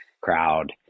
crowd